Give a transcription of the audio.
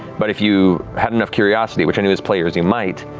but if you had enough curiosity, which i knew as players you might,